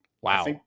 Wow